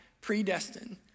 predestined